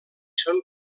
són